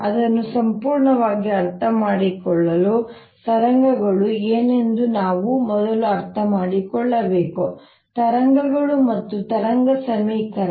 ಅದನ್ನು ಸಂಪೂರ್ಣವಾಗಿ ಅರ್ಥಮಾಡಿಕೊಳ್ಳಲು ತರಂಗಗಳು ಏನೆಂದು ನಾವು ಮೊದಲು ಅರ್ಥಮಾಡಿಕೊಳ್ಳಬೇಕು ತರಂಗಗಳು ಮತ್ತು ತರಂಗ ಸಮೀಕರಣ